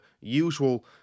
usual